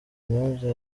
kanyombya